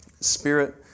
Spirit